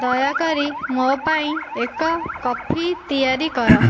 ଦୟାକରି ମୋ ପାଇଁ ଏକ କଫି ତିଆରି କର